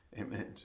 Amen